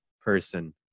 person